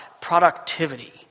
productivity